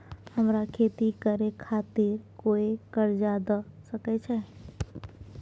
हमरा खेती करे खातिर कोय कर्जा द सकय छै?